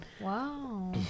Wow